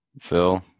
Phil